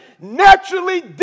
naturally